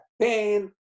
pain